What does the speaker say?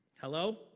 Hello